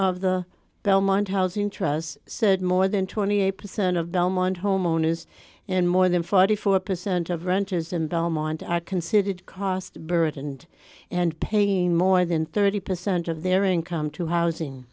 of the belmont housing trust said more than twenty eight percent of belmont homeowners and more than forty four percent of renters and belmont are considered cost burt and and paying more than thirty percent of their income to housing